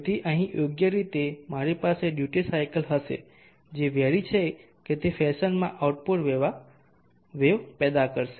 તેથી અહીં યોગ્ય રીતે મારી પાસે ડ્યુટી સાયકલ હશે જે વેરી છે કે તે તે ફેશનમાં આઉટપુટ વેવ પેદા કરશે